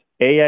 AI